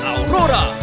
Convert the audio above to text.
Aurora